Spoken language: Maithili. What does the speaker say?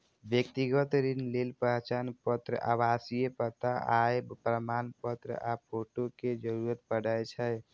व्यक्तिगत ऋण लेल पहचान पत्र, आवासीय पता, आय प्रमाणपत्र आ फोटो के जरूरत पड़ै छै